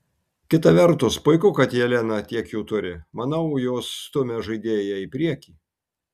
kita vertus puiku kad jelena tiek jų turi manau jos stumia žaidėją į priekį